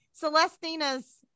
Celestina's